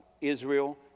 Israel